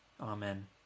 Amen